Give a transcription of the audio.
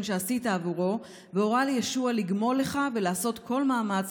שעשית עבורו והורה לישועה לגמול לך ולעשות כל מאמץ